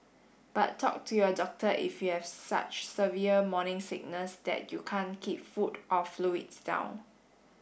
but talk to your doctor if you have such severe morning sickness that you can't keep food or fluids down